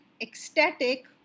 ecstatic